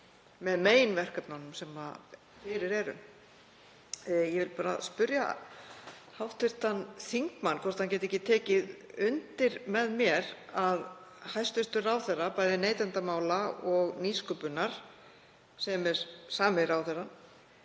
með meginverkefnunum sem fyrir eru. Ég vil spyrja hv. þingmann hvort hann geti ekki tekið undir með mér að hæstv. ráðherra, bæði neytendamála og nýsköpunar, sem er sami ráðherrann,